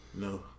No